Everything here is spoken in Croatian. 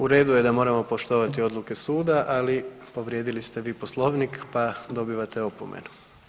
U redu je da moramo poštovati odluke suda, ali povrijedili ste vi Poslovnik pa dobivate opomenu.